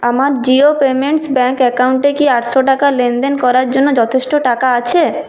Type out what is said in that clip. আমার Jio payments bank অ্যাকাউন্টে কি আটশো টাকা লেনদেন করার জন্য যথেষ্ট টাকা আছে